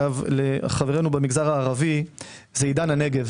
לחברינו במגזר הערבי זה עידן הנגב